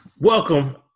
Welcome